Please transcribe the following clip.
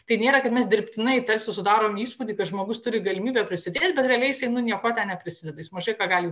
tai nėra kad mes dirbtinai tarsi sudarom įspūdį kad žmogus turi galimybę prisidėti bet realiai jisai nu niekuo ten neprisideda jis mažai ką gali